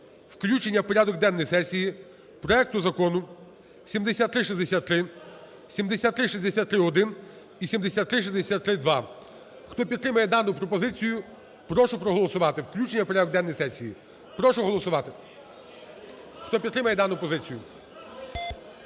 включення в порядок денний сесії проект закону 7363, 7363-1 і 7363-2. Хто підтримує дану пропозицію, прошу проголосувати включення в порядок денний сесії. Прошу голосувати, хто підтримує дану позицію.